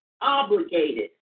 obligated